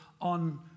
on